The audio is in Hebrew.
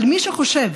אבל מי שחושב